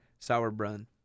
Sauerbrunn